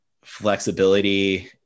flexibility